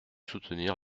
soutenir